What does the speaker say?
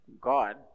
God